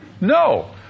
No